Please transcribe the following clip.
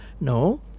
no